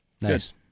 nice